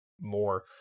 more